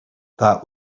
that